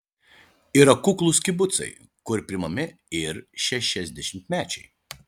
yra kuklūs kibucai kur priimami ir šešiasdešimtmečiai